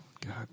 God